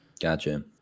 Gotcha